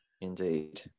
indeed